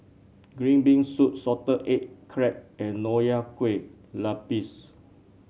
Green Bean Soup Salted Egg Crab and Nonya Kueh Lapis